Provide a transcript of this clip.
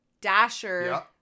Dasher